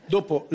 Dopo